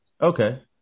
Okay